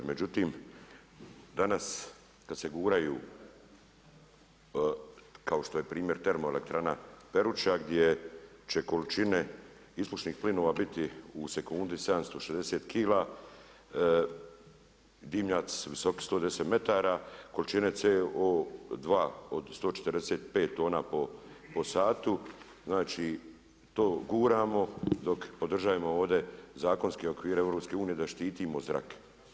Međutim, danas kada se guraju, kao što je primjer termoelektrana Peruća gdje će količine ispušnih plinova biti u seknudi 760kg dimnjaci su visoki 110m, količine CO2 od 145 tona po satu, znači to guramo dok podržavamo ovdje zakonske okvire EU da štitimo zrak.